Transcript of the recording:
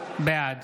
בעד